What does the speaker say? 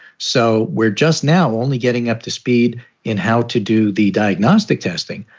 so we're just now only getting up to speed in how to do the diagnostic testing,